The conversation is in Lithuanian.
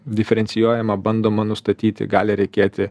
diferencijuojama bandoma nustatyti gali reikėti